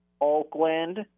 Oakland